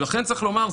לכן צריך לומר,